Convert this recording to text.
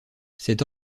cette